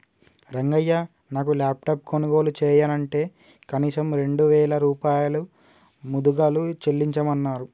రంగయ్య నాను లాప్టాప్ కొనుగోలు చెయ్యనంటే కనీసం రెండు వేల రూపాయలు ముదుగలు చెల్లించమన్నరు